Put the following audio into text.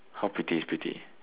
how pretty is pretty